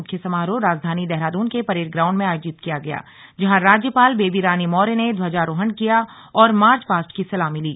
मुख्य समारोह राजधानी देहरादून के परेड ग्राउण्ड में आयोजित किया गया जहां राज्यपाल बेबी रानी मौर्य ने ध्वजारोहण किया और मार्च पास्ट की सलामी ली